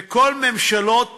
וכל ממשלות